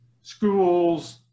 schools